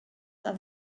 are